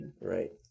Right